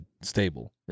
stable